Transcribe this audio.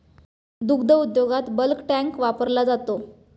दुग्ध उद्योगात bulk tank वापरला जातो